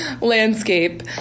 landscape